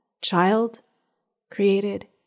child-created